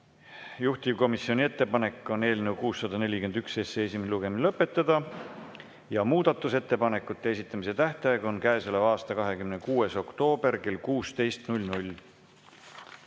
Juhtivkomisjoni ettepanek on eelnõu 641 esimene lugemine lõpetada ja muudatusettepanekute esitamise tähtaeg on käesoleva aasta 26. oktoober kell